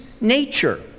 nature